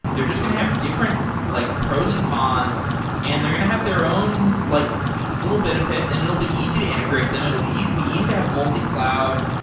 they're just going to have different like pros and cons and they're going to have their own like yeah little benefits and it will be easy to integrate them. it will be easy to have multi cloud,